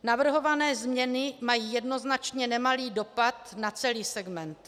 Navrhované změny mají jednoznačně nemalý dopad na celý segment.